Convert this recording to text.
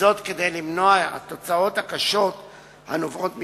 כדי למנוע את התוצאות הקשות הנובעות מכך,